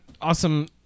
awesome